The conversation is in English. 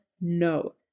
No